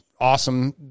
awesome